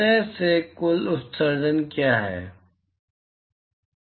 सतह से कुल उत्सर्जन क्या है I